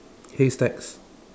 hay stacks